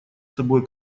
собой